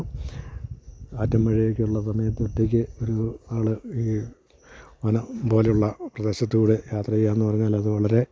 കാറ്റും മഴയും ഒക്കെ ഉള്ള സമയത്ത് ഒറ്റക്ക് ഒരു ആൾ ഈ വനം പോലുള്ള പ്രദേശത്തുകൂടെ യാത്ര ചെയ്യുക എന്ന് പറഞ്ഞാൽ അത് വളരെ